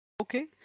Okay